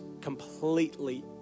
completely